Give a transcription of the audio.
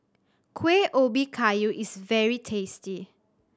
Kueh Ubi Kayu is very tasty